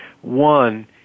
One